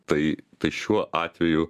tai tai šiuo atveju